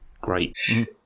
great